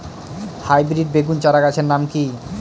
Hybrid বেগুন চারাগাছের নাম কি?